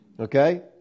Okay